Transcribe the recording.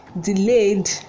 delayed